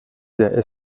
der